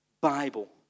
Bible